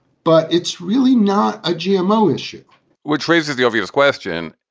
but it's really not a gmo issue which raises the obvious question,